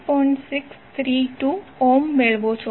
632 ohm મેળવો છો